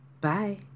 Bye